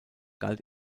galt